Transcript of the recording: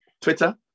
Twitter